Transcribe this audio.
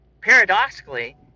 paradoxically